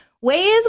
ways